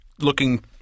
looking